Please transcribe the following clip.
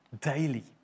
daily